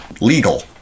legal